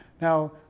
Now